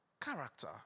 Character